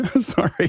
Sorry